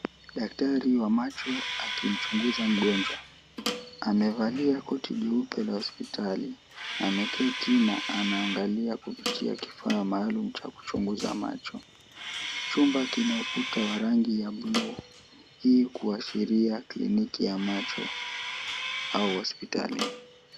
Daktari wa macho akimchunguza mgonjwa. Amevalia koti jeupe na hospitali, ameketi na anaangalia kupitia kifaa maalumu cha kuchunguza macho. Chumba kina ukuta wa rangi ya bluu, hii kuashiria kliniki ya macho au hospitali.